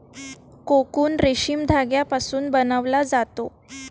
cocoon रेशीम धाग्यापासून बनवला जातो